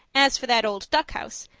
as for that old duckhouse,